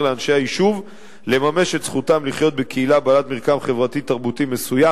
לאנשי היישוב לממש את זכותם לחיות בקהילה בעלת מרקם חברתי תרבותי מסוים,